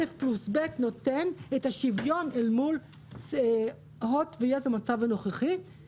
א' פלוס ב' נותן את השוויון אל מול הוט ויס במצב הנוכחי.